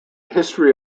history